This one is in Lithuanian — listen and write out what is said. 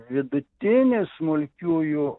vidutinė smulkiųjų